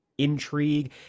intrigue